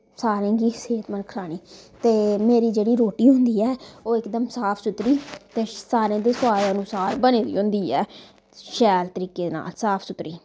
ते सारे दी सेह्तमंद खलानी ते मेरी जेह्ड़ी रोटी होंदी ऐ ओह् इक दम साफ सुथरी ते सारें दे सोआद अनुसार बनी दा होंदी ऐ शैल तरीके ताल साफ सुथरी